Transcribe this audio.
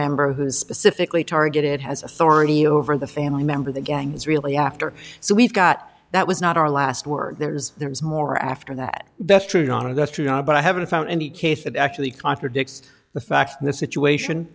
member who is specifically targeted has authority over the family member the gang's really after so we've got that was not our last word there's there is more after that that's true donna that's true but i haven't found any case that actually contradicts the facts in this situation